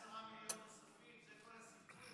110 מיליון נוספים, זה כל הסיפור, לארבע שנים.